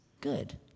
good